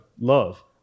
love